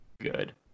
good